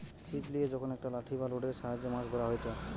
ছিপ লিয়ে যখন একটা লাঠি বা রোডের সাহায্যে মাছ ধরা হয়টে